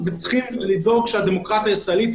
וצריכים לאפשר הפגנות למען הדמוקרטיה הישראלית,